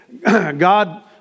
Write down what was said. God